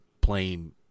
playing